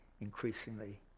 increasingly